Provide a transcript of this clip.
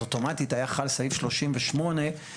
אז אוטומטית היה חל סעיף 38 הרגיל,